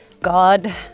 God